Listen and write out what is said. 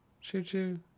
Choo-choo